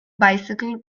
bicycle